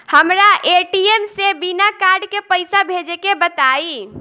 हमरा ए.टी.एम से बिना कार्ड के पईसा भेजे के बताई?